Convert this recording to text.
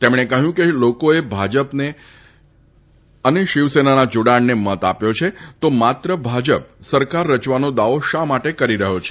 તેમણે કહ્યું કે લોકોએ ભાજપ ને શિવસેનાના જોડાણને મત આપ્યા છે તો માત્ર ભાજપ સરકાર રચવાનો દાવો શા માટે કરી રહ્યો છે